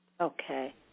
Okay